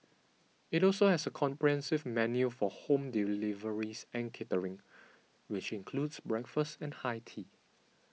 it also has a comprehensive menu for home deliveries and catering which includes breakfast and high tea